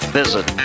visit